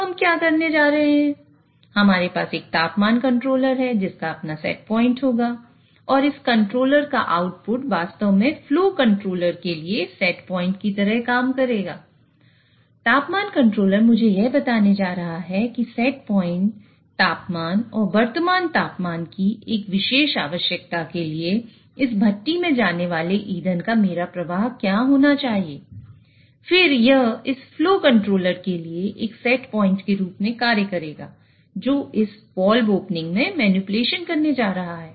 तो हम क्या करने जा रहे हैं हमारे पास एक तापमान कंट्रोलर के रूप में कार्य करेगा जो इस वाल्व ओपनिंग में मैनिपुलेशन करने जा रहा है